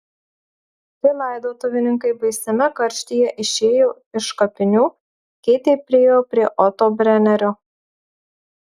kai laidotuvininkai baisiame karštyje išėjo iš kapinių keitė priėjo prie oto brenerio